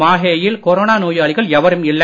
மாஹே யில் கொரோனா நோயாளிகள் எவரும் இல்லை